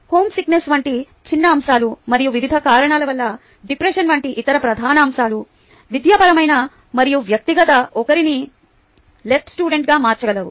home sickness వంటి చిన్న అంశాలు మరియు వివిధ కారణాల వల్ల డిప్రెషన్ వంటి ఇతర ప్రధాన అంశాలు విద్యాపరమైన మరియు వ్యక్తిగత ఒకరిని LSగా మార్చగలవు